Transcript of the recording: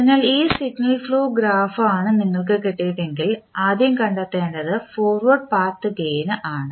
അതിനാൽ ഈ signal flow graph ആണ് നിങ്ങൾക്ക് കിട്ടിയതെങ്കിൽ ആദ്യം കണ്ടെത്തേണ്ടത് ഫോർവേഡ് പാത്ത് ഗേയിൻ ആണ്